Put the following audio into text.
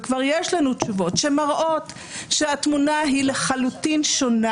וכבר יש לנו תשובות שמראות שהתמונה היא לחלוטין שונה.